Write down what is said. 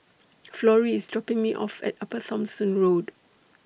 Florrie IS dropping Me off At Upper Thomson Road